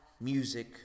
music